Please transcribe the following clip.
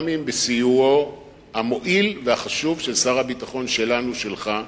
גם אם בסיועו המועיל והחשוב של שר הביטחון שלנו-שלך.